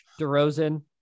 DeRozan